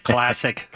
Classic